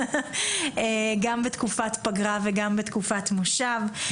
גם בתקופת פגרה וגם בתקופת מושב.